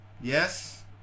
Yes